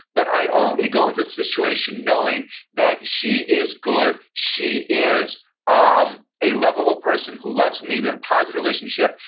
but i already go into the situation knowing that she is good, she is um a lovable person who loves me, we have a positive relationship,